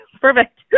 Perfect